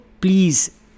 please